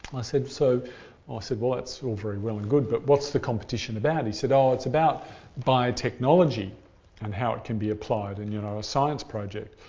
said so ah said well that's all very well and good, but what's the competition about? he said oh it's about biotechnology and how it can be applied in and you know a science project.